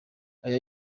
aya